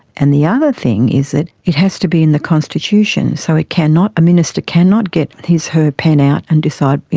and the other thing is that it has to be in the constitution, so it can not a minister can not get his her pen out and decide,